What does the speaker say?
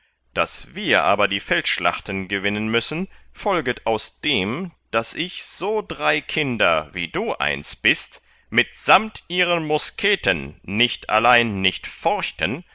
daß wir aber die feldschlachten gewinnen müssen folget aus dem daß ich so drei kinder wie du eins bist mitsamt ihren musketen nicht allein nicht